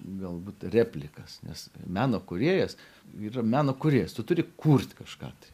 galbūt replikas nes meno kūrėjas yra meno kūrėjas tu turi kurt kažką tai